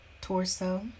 torso